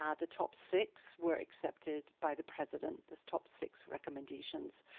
ah the top six were accepted by the president. the top six recommendations.